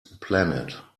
planet